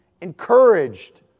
Encouraged